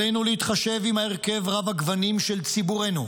עלינו להתחשב עם ההרכב רב-הגוונים של ציבורינו,